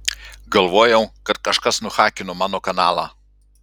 galvojau kad kažkas nuhakino mano kanalą